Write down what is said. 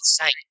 insane